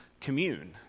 Commune